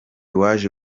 waje